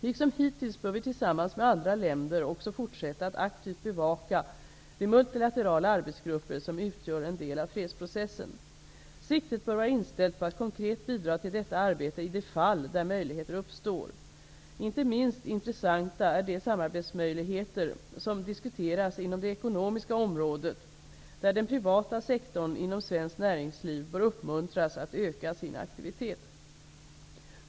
Liksom hittills bör vi tillsammans med andra länder också fortsätta att aktivt bevaka de multilaterala arbetsgrupper som utgör en del av fredsprocessen. Siktet bör vara inställt på att konkret bidra till detta arbete i de fall där möjligheter uppstår. Inte minst intressanta är de samarbetsmöjligheter som diskuteras inom det ekonomiska området, där den privata sektorn inom svenskt näringsliv bör uppmuntras att öka sin aktivitet. Fru talman!